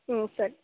ಹ್ಞೂಂ ಸರಿ